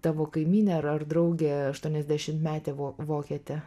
tavo kaimynė ar ar draugė aštuoniasdešimtmetė vo vokietė